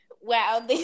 Wow